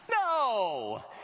No